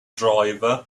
driver